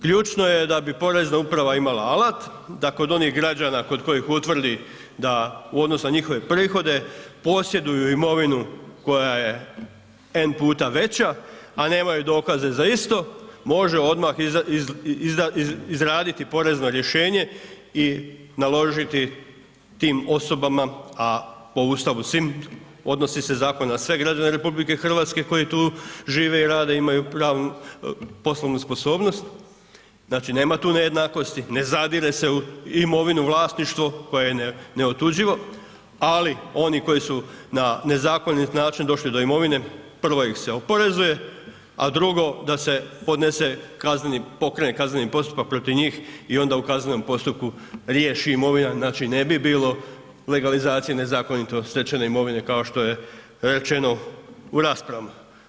Ključno je da bi Porezna uprava imala alat, da kod onih građana kod kojih utvrdi da u odnosu na njihove prihode posjeduju imovinu koja je n puta veća, a nemaju dokaze za isto može odmah izraditi porezno rješenje i naložiti tim osobama, a po Ustavu svim odnosi se zakon na sve građane RH koji tu žive i rade i imaju poslovnu sposobnost, znači nema tu nejednakosti ne zadire se u imovinu, vlasništvo koje je neotuđivo, ali oni koji su na nezakonit način došli do imovine, prvo ih se oporezuje, a drugo da se podnese kazneni, pokrene kazneni postupak protiv njih i onda u kaznenom postupku riješi imovina, znači ne bi bilo legalizacije nezakonito stečene imovine, kao što je rečeno u raspravama.